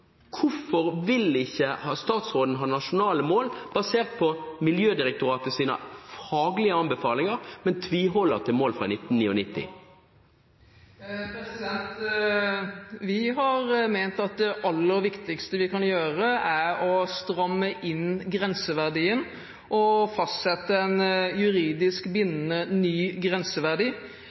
Hvorfor vil ikke statsråden ha nasjonale mål basert på Miljødirektoratets faglige anbefalinger, men tviholder på mål fra 1999? Vi har ment at det aller viktigste vi kan gjøre, er å stramme inn grenseverdien og fastsette en juridisk bindende, ny grenseverdi,